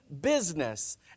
business